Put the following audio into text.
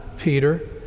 Peter